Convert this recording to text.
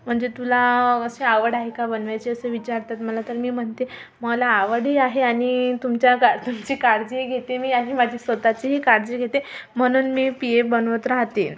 म्हणजे तुला अशी आवड आहे का बनवायची असे विचारतात मला तर मी म्हणते मला आवडही आहे आणि तुमच्या का तुमची काळजीही घेते मी आणि माझी स्वतःचीही काळजी घेते म्हणून मी पिये बनवत राहते आहे